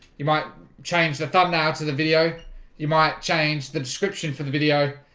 you might change the thumbnail to the video you might change the description for the video.